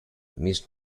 miss